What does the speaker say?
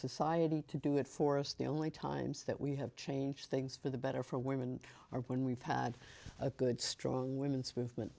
society to do that for us the only times that we have changed things for the better for women are when we've had a good strong women's movement